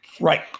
Right